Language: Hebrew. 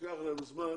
לוקח להם זמן